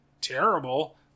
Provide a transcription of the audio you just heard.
terrible